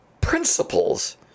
principles